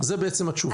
זו בעצם התשובה.